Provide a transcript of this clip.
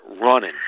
running